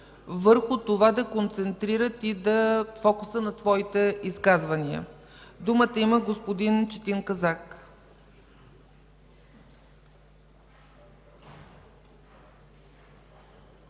върху това да концентрират фокуса на своите изказвания. Думата има Четин Казак.